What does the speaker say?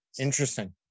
Interesting